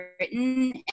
written